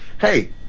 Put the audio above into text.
Hey